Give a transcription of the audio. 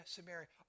Samaria